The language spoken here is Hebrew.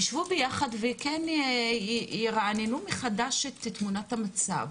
יישבו ביחד וכן ירעננו מחדש את תמונת המצב.